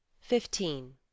Fifteen